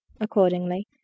accordingly